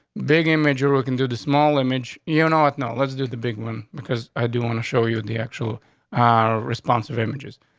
big a majorcan do the small image you not now let's do the big one because i do want to show you and the actual ah responsive images.